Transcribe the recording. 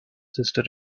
sister